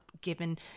given